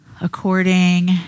According